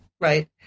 right